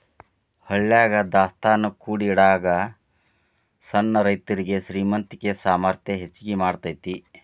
ಹಳ್ಯಾಗ ದಾಸ್ತಾನಾ ಕೂಡಿಡಾಗ ಸಣ್ಣ ರೈತರುಗೆ ಶ್ರೇಮಂತಿಕೆ ಸಾಮರ್ಥ್ಯ ಹೆಚ್ಗಿ ಮಾಡತೈತಿ